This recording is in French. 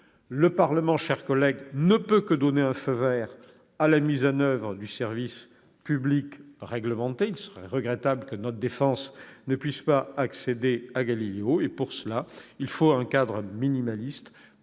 Le Parlement, mes chers collègues, ne peut que donner son feu vert à la mise en oeuvre du service public réglementé. Il serait regrettable que notre défense ne puisse pas accéder à Galileo. Pour cela, un cadre minimal est